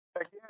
again